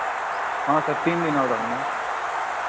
हाँ सर तीन दिन और रहना